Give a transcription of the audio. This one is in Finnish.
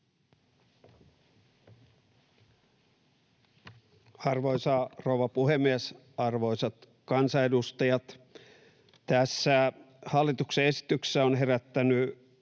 Arvoisa rouva puhemies! Arvoisat kansanedustajat! Tässä hallituksen esityksessä on herättänyt